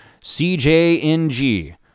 CJNG